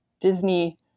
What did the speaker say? Disney